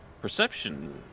perception